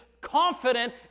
confident